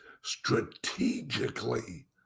strategically